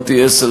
10,